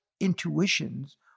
intuitions